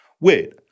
wait